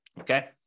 okay